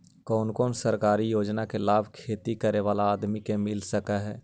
कोन कोन सरकारी योजना के लाभ खेती करे बाला आदमी के मिल सके हे?